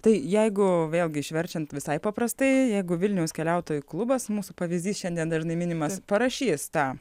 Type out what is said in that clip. tai jeigu vėlgi išverčiant visai paprastai jeigu vilniaus keliautojų klubas mūsų pavyzdys šiandien dažnai minimas parašys tą